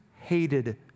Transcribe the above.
hated